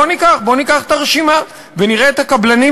בואו ניקח את הרשימה ונראה את הקבלנים